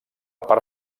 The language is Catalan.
part